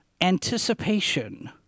anticipation